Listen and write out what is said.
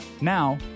Now